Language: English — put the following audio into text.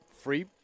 free